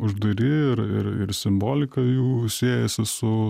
uždari ir ir simbolika jų siejasi su